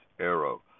arrow